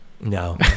no